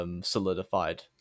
solidified